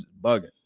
bugging